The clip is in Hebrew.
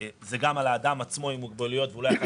זה גם על האדם עצמו עם מוגבלויות והוא לא היה יכול